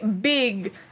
big